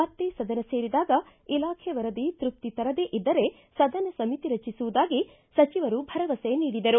ಮತ್ತೇ ಸದನ ಸೇರಿದಾಗ ಇಲಾಖೆ ವರದಿ ತ್ಯಪ್ತಿ ತರದೇ ಇದ್ದರೆ ಸದನ ಸಮಿತಿ ರಚಿಸುವುದಾಗಿ ಸಚಿವರು ಭರವಸೆ ನೀಡಿದರು